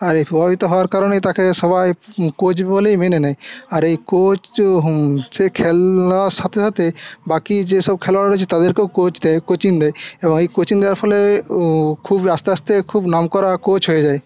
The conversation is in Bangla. আর এই প্রভাবিত হওয়ার কারণে তাকে সবাই কোচ বলেই মেনে নেয় আর এই কোচ সে খেলার সাথে সাথে বাকি যেসব খেলোয়াড়রা রয়েছে তাদেরকেও কোচ দেয় কোচিং দেয় এবং এই কোচিং দেওয়ার ফলে ও খুব আস্তে আস্তে খুব নাম করা কোচ হয়ে যায়